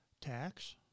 Tax